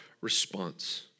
response